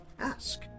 ask